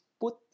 put